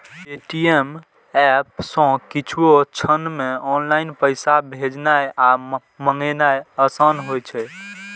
Paytm app सं किछुए क्षण मे ऑनलाइन पैसा भेजनाय आ मंगेनाय आसान होइ छै